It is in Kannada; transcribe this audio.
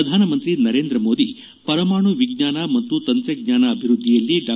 ಶ್ರಧಾನಮಂತ್ರಿ ನರೇಂದ್ರಮೋದಿ ಪರಮಾಣು ವಿಜ್ಞಾನ ಮತ್ತು ತಂತ್ರಜ್ಞಾನ ಅಭಿವೃದ್ದಿಯಲ್ಲಿ ಡಾ